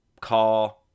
Car